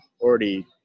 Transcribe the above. already